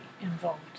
involved